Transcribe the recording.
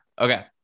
Okay